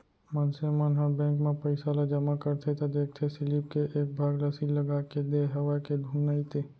मनसे मन ह बेंक म पइसा ल जमा करथे त देखथे सीलिप के एक भाग ल सील लगाके देय हवय के धुन नइते